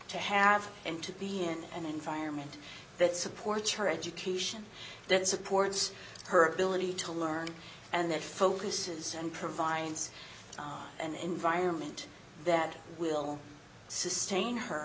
to have and to be in an environment that supports her education that supports her ability to learn and that focuses and provides an environment that will sustain her